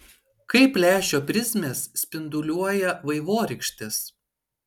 kaip lęšio prizmės spinduliuoja vaivorykštes